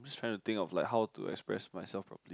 try to think of like how to express myself properly